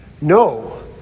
No